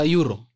Euro